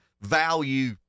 value